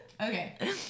Okay